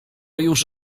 już